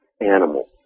animal